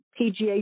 PGA